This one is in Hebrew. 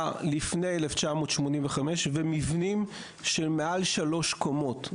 לפני 1985 ומבנים של מעל שלוש קומות.